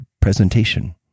presentation